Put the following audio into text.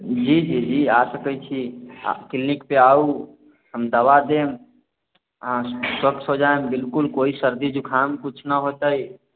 जी जी जी आ सकै छियै किलनिक पे आउ हम दवा देब अहाँ स्वस्थ्य हो जायब बिलकुल कोइ सर्दी जुखाम किछु न होतै